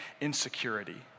insecurity